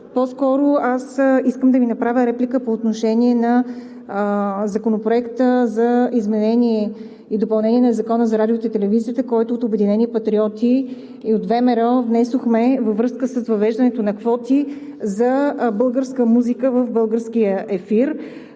По-скоро искам да Ви направя реплика по отношение на Законопроекта за изменение и допълнение на Закона за радиото и телевизията, който от „Обедини патриоти“ и от ВМРО внесохме, във връзка с въвеждането на квоти за българска музика в българския ефир.